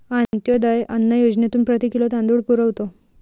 अंत्योदय अन्न योजनेतून प्रति किलो तांदूळ पुरवतो